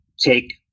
take